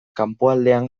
kanpoaldean